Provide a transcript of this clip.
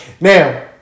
Now